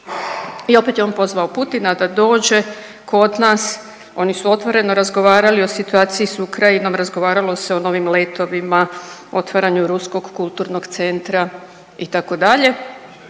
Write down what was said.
i opet je on pozvao Putina da dođe kod nas. Oni su otvoreno razgovarali o situaciji s Ukrajinom, razgovaralo se o novim letovima, otvaranju ruskog kulturnog centra itd.,